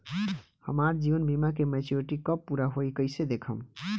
हमार जीवन बीमा के मेचीयोरिटी कब पूरा होई कईसे देखम्?